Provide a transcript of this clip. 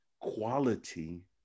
quality